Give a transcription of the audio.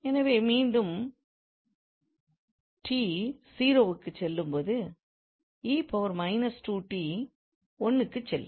எனவே மீண்டும் t 0 க்குச் செல்லும்போது 𝑒−2𝑡 1க்குச் செல்லும்